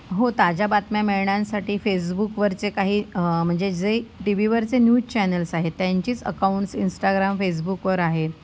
हो ताज्या बातम्या मिळण्यासाठी फेसबुकवरचे काही म्हणजे जे टीवीवरचे न्यूज चॅनेल्स आहेत त्यांचीच अकाऊंट्स इंस्टाग्राम फेसबुकवर आहेत